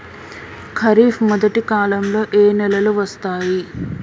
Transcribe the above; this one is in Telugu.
ఖరీఫ్ మొదటి కాలంలో ఏ నెలలు వస్తాయి?